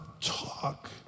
talk